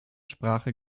sprache